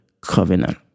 covenant